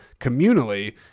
communally